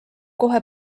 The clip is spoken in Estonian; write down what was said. kohe